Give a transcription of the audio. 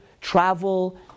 travel